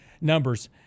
numbers